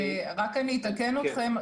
אני רק אתקן אתכם.